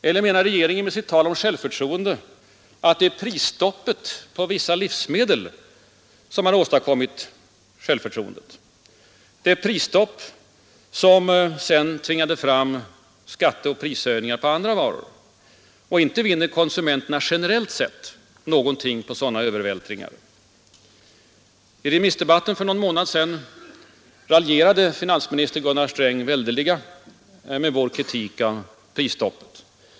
Eller menar regeringen med ett tal om självförtroende att det är prisstoppet på vissa livsmedel som har åstadkommit självförtroendet? Det prisstopp som sedan tvingade fram skatteoch prishöjningar på andra varor. Inte vinner konsumenterna generellt sett någonting på sådana övervältringar. I remissdebatten för någon månad sedan raljerade finansminister Sträng väldeliga med vår kritik av prisstoppet.